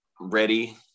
ready